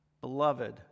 beloved